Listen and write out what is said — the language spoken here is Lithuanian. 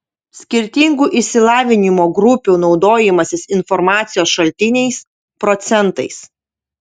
skirtingų išsilavinimo grupių naudojimasis informacijos šaltiniais procentais